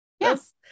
yes